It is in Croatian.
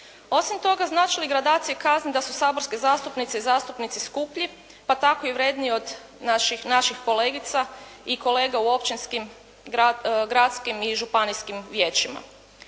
Osim toga znače li gradacije kazne da su saborske zastupnice i zastupnici skuplji pa tako i vredniji od naših kolegica i kolega u općinskim, gradskim i županijskim vijećima.